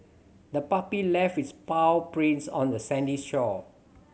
the puppy left its paw prints on the sandy shore